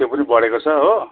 त्यो पनि बढेको छ हो